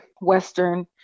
western